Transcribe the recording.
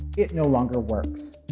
it no longer works.